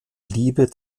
liebe